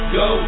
go